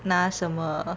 拿什么